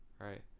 right